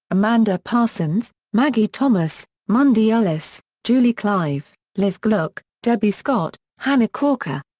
amanda parsons, maggie thomas, mundy ellis, julie clive, liz gluck, debbie scott, hanna corker.